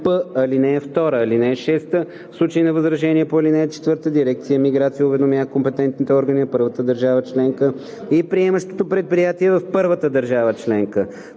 ал. 2. (6) В случай на възражение по ал. 4 дирекция „Миграция“ уведомява компетентните органи на първата държава членка и приемащото предприятие в първата държава членка.